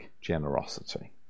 generosity